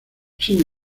sin